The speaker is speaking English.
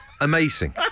Amazing